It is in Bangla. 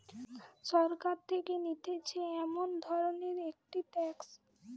সরকার থেকে নিতেছে এমন ধরণের একটি ট্যাক্স